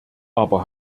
aber